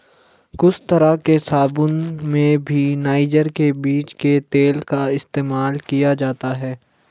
कुछ तरह के साबून में भी नाइजर के बीज के तेल का इस्तेमाल किया जाता है